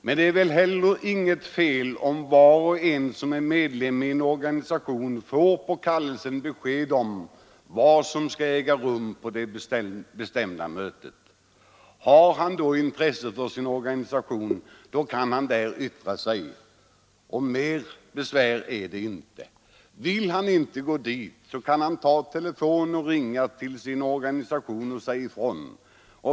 Men det är väl heller inget fel om var och en som är medlem av en organisation i kallelsen får besked om vad som skall äga rum på det bestämda mötet. Har han då intresse för sin organisation, så kan han där yttra sig. Mer besvär är det inte. Vill han inte gå på mötet kan han ta telefonluren och ringa till sin organisation och säga ifrån.